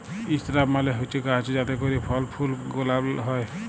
ইসরাব মালে হছে গাহাচ যাতে ক্যইরে ফল ফুল গেলাল হ্যয়